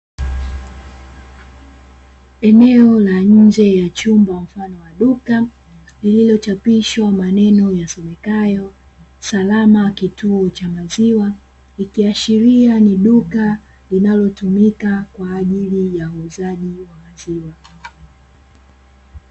Eneo la nje ya chumba wa mfano wa duka, lililochapishwa maneno yasomekayo "salama kituo cha maziwa" ikiashiria ni duka linalotumika kwa ajali ya uuzaji wa maziwa.